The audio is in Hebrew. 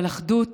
אבל אחדות